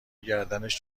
گردنش